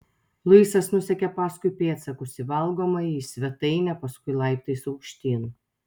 luisas nusekė paskui pėdsakus į valgomąjį į svetainę paskui laiptais aukštyn